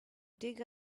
dig